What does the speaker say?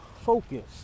focus